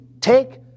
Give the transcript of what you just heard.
take